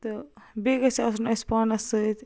تہٕ بیٚیہِ گَژھہِ آسُن اَسہِ پانس سۭتۍ